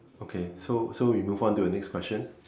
okay so so we move on to the next question